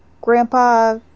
grandpa